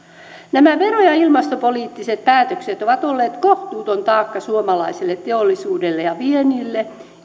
nämä vero ja ilmastopoliittiset päätökset ovat olleet kohtuuton taakka suomalaiselle teollisuudelle ja viennille